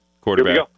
Quarterback